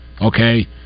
Okay